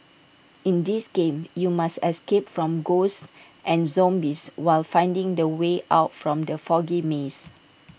in this game you must escape from ghosts and zombies while finding the way out from the foggy maze